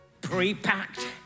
pre-packed